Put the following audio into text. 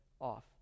off